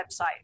website